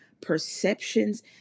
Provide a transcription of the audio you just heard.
perceptions